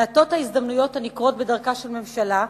מעטות ההזדמנויות הנקרות בדרכה של ממשלה,